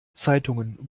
zeitungen